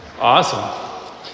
awesome